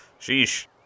Sheesh